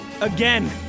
again